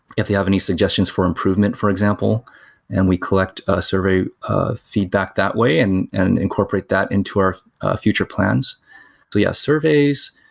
if they have any suggestions for improvement, for example and we collect a survey ah feedback that way and and incorporate that into our future plans via surveys,